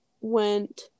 went